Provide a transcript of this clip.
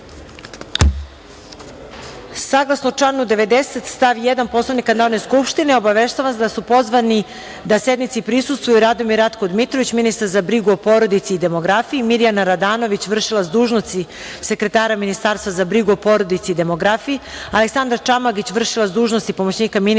DECOM.Saglasno članu 90. stav 1. Poslovnika Narodne skupštine, obaveštavam vas da su pozvani da sednici prisustvuju: Radomir Ratko Dmitrović, ministar za brigu o porodici i demografiji, Mirjana Radanović, vršilac dužnosti sekretara Ministarstva za brigu o porodici i demografiji, Aleksandra Čamagić, vršilac dužnosti pomoćnika ministra